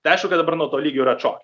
tai aišku kad dabar nuo to lygio yra atšokę